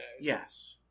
yes